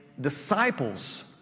disciples